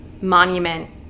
monument